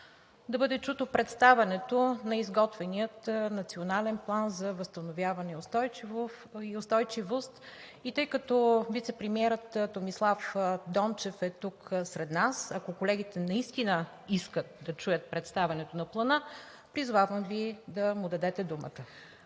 да бъде чуто представянето на изготвения Национален план за възстановяване и устойчивост. Тъй като вицепремиерът Томислав Дончев е тук сред нас, ако колегите наистина искат да чуят представянето на Плана, призовавам Ви да му дадете думата.